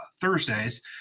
Thursdays